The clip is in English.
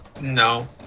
no